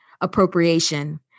appropriation